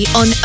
on